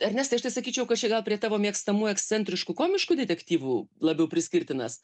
ernestai aš tai sakyčiau kad čia gal prie tavo mėgstamų ekscentriškų komiškų detektyvų labiau priskirtinas